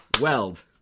Weld